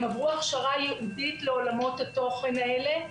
הם עברו הכשרה ייעודית לעולמות התוכן האלה.